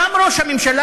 קם ראש הממשלה,